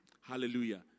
Hallelujah